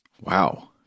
Wow